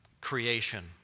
creation